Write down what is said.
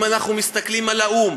אם אנחנו מסתכלים על האו"ם,